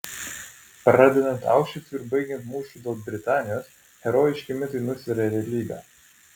pradedant aušvicu ir baigiant mūšiu dėl britanijos herojiški mitai nusveria realybę